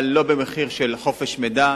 אבל לא במחיר של חופש המידע,